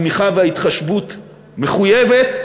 התמיכה וההתחשבות מחויבות,